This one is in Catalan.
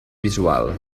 visual